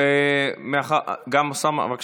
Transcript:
אוסמה, בבקשה.